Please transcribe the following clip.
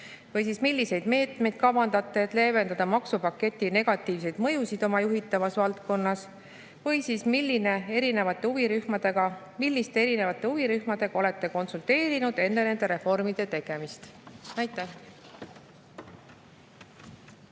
Või siis, milliseid meetmeid kavandate, et leevendada maksupaketi negatiivseid mõjusid oma juhitavas valdkonnas? Või siis, milliste huvirühmadega olete konsulteerinud enne nende reformide tegemist? Aitäh!